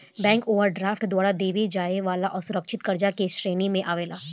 bank overdraft द्वारा देवे जाए वाला असुरकछित कर्जा के श्रेणी मे आवेला